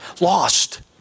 lost